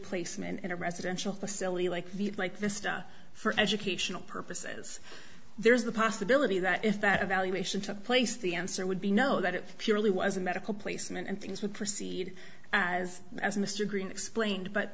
placement in a residential facility like the like this stuff for educational purposes there's the possibility that if that evaluation took place the answer would be no that it purely was a medical placement and things would proceed as as mr green explained but